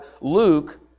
Luke